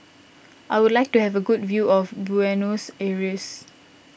I would like to have a good view of Buenos Aires